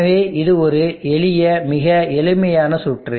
எனவே இது ஒரு எளிய மிக எளிமையான சுற்று